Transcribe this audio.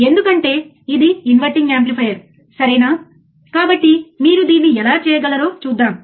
25 kilohertz ఫ్రీక్వెన్సీని ఉంచుదాం